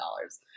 dollars